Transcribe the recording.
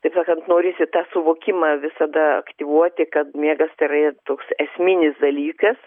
taip sakant norisi tą suvokimą visada aktyvuoti kad miegas yra toks esminis dalykas